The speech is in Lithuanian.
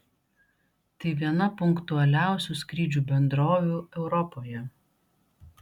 tai viena punktualiausių skrydžių bendrovių europoje